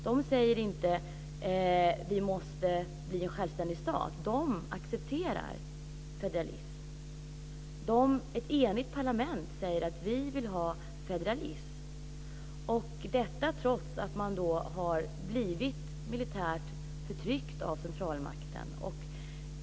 De säger inte: Vi måste bli en självständig stat. De accepterar federalism. Ett enigt parlament säger: Vi vill ha federalism. Detta trots att man har blivit militärt förtryckt av centralmakten.